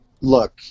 look